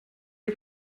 die